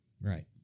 right